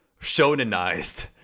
shonenized